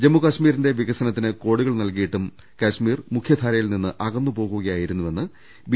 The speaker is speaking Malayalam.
ജമ്മു കശ്മീരിന്റെ വികസനത്തിന് കോടികൾ നൽകിയിട്ടും കശ്മീർ മുഖ്യധാരയിൽ നിന്ന് അകന്ന് പോകുകയായിരുന്നുവെന്ന് ബി